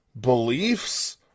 beliefs